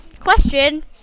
question